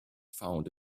found